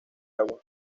agua